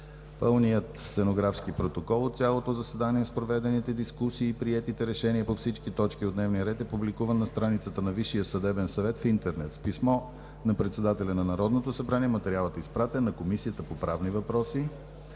Пълният стенографски протокол от цялото заседание с проведените дискусии и приетите решения по всички точки от дневния ред е публикуван на страницата на Висшия съдебен съвет в интернет. С писмо на председателя на Народното събрание материалът е изпратен на Комисията по правни въпроси.